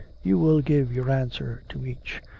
you will give your answer to each.